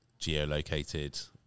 geolocated